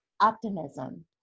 optimism